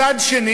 טורקיה.